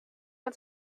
uns